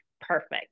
perfect